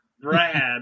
Brad